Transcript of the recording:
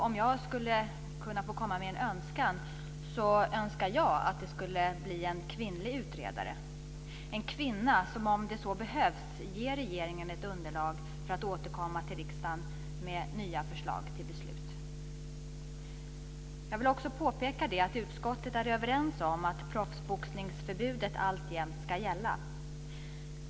Om jag får komma med en önskan, önskar jag att det blir en kvinnlig utredare; en kvinna som, om det behövs, ger regeringen underlag för att återkomma till riksdagen med nya förslag till beslut. Jag vill också påpeka att utskottet är enigt om att proffsboxningsförbudet alltjämt ska gälla.